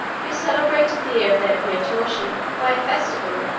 who celebrated the year of their praetorship by a festival,